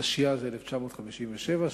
התשי"ז 1957,